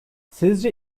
sizce